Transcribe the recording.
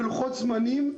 ולוחות זמנים,